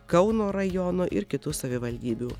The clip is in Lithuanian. kauno rajono ir kitų savivaldybių